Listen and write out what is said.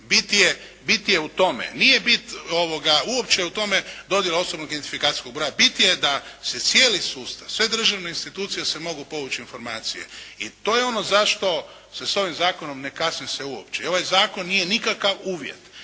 bit je u tome, nije bit uopće u tome dodjela osobnog identifikacijskog broja. Bit je da se cijeli sustav, sve državne institucije se mogu povući informacije i to je ono zašto se sa ovim zakonom ne kasni uopće i ovaj zakon nije nikakav uvjet.